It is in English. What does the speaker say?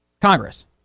Congress